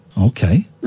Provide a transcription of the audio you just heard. Okay